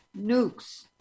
nukes